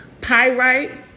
pyrite